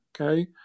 okay